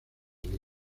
lee